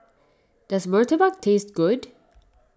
does Murtabak taste good